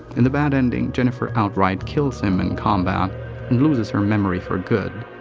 in the bad ending, jennifer outright kills him in combat and loses her memory for good.